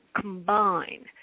combine